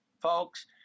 folks